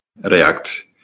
react